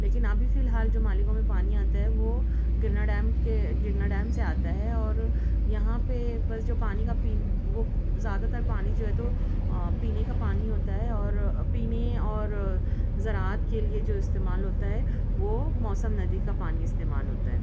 لیکن ابھی فی الحال جو مالیگاؤں میں پانی آتا ہے وہ گرنا ڈیم کے گرنا ڈیم سے آتا ہے اور یہاں پہ بس جو پانی کا وہ زیادہ تر پانی جو ہے تو پینے کا پانی ہوتا ہے اور پینے اور زراعت کے لئے جو استعمال ہوتا ہے وہ موسم ندی کا پانی استعمال ہوتا ہے